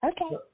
Okay